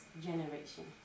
generation